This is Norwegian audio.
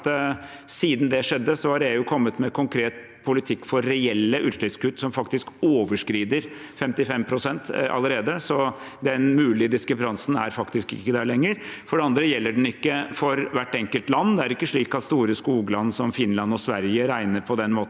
siden det skjedde, har EU kommet med konkret politikk for reelle utslippskutt som faktisk overskrider 55 pst. allerede. Så den mulige differansen er faktisk ikke der lenger. For det andre gjelder den ikke for hvert enkelt land. Det er ikke slik at store skogland som Finland og Sverige regner på den måten